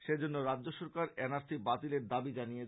সে জন্য রাজ্য সরকার এন আর সি বাতিলের দাবি জানিয়েছে